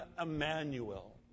Emmanuel